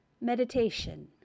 meditation